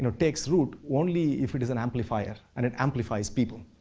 and takes root only if it is an amplifier and it amplifies people.